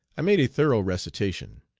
i made a thorough recitation.